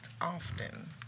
often